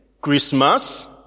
Christmas